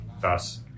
thus